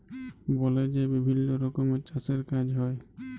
বলে যে বিভিল্ল্য রকমের চাষের কাজ হ্যয়